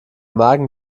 magen